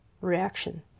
reaction